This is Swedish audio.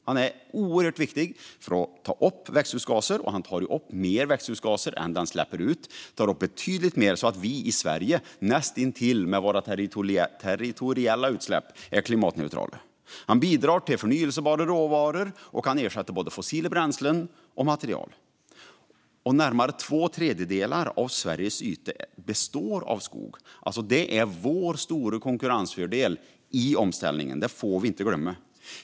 Den är oerhört viktig för att ta upp växthusgaser och tar också upp betydligt mer växthusgaser än den släpper ut, så att vi i Sverige är näst intill klimatneutrala med våra territoriella utsläpp. Den bidrar till förnybara råvaror och ersätter både fossila bränslen och material. Närmare två tredjedelar av Sveriges yta består också av skog. Det är vår stora konkurrensfördel i omställningen. Det får vi inte glömma.